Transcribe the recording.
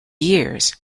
years